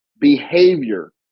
behavior